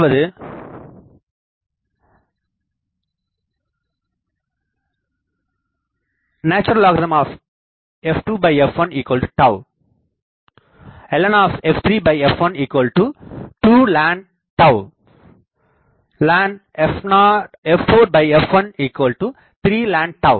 அதாவது lnf2f1 lnf3f12ln lnf4f13ln